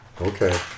Okay